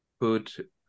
put